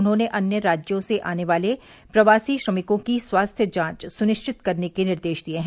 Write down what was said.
उन्होंने अन्य राज्यों से आने वाले प्रवासी श्रमिकों की स्वास्थ्य जांच सुनिश्चित करने के निर्देश दिए हैं